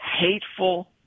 hateful